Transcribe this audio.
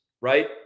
right